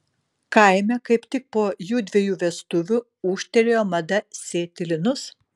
kaime kaip tik po jųdviejų vestuvių ūžtelėjo mada sėti linus